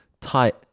tight